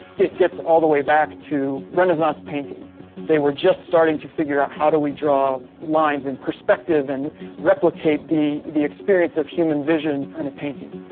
it gets all the way back to renaissance painting they were just starting to figure out how do we draw lines in perspective, and replicate the experience of human vision in a painting?